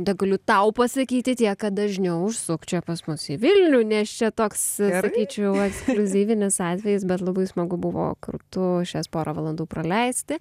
tegaliu tau pasakyti tiek kad dažniau užsuk čia pas mus į vilnių nes čia toks sakyčiau ekskliuzyvinis atvejis bet labai smagu buvo kartu šias porą valandų praleisti